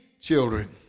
children